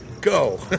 Go